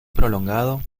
prolongado